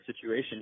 situation